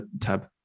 tab